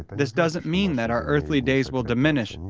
this doesn't mean that our earthly days will diminish,